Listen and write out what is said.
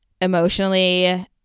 emotionally